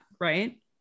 Right